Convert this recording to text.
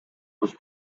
was